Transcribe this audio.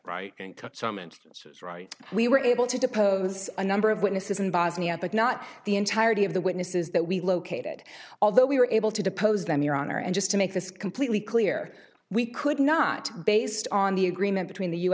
meant we were able to depose a number of witnesses in bosnia but not the entirety of the witnesses that we located although we were able to depose them your honor and just to make this completely clear we could not based on the agreement between the u